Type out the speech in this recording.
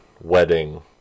wedding